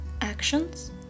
actions